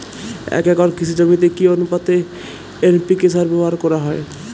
এক একর কৃষি জমিতে কি আনুপাতে এন.পি.কে ব্যবহার করা হয়?